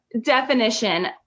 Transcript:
definition